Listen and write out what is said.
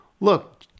look